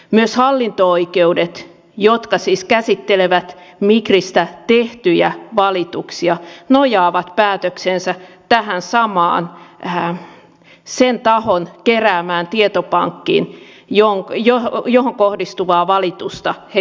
myös hallinto oikeudet jotka siis käsittelevät migristä tehtyjä valituksia nojaavat päätöksensä tähän samaan sen tahon keräämään tietopankkiin johon kohdistuvaa valitusta he käsittelevät